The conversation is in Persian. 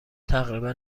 تقریبا